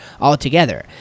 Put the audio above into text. altogether